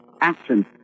action